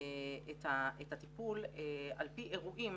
את הטיפול על פי אירועים